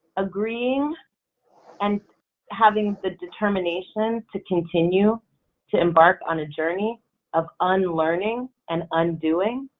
agreeing and having the determination to continue to embark on a journey of unlearning, and undoing,